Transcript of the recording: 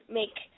make